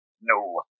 No